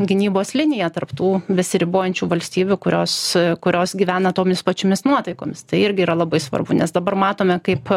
gynybos liniją tarp tų besiribojančių valstybių kurios kurios gyvena tomis pačiomis nuotaikomis tai irgi yra labai svarbu nes dabar matome kaip